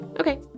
okay